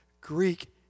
Greek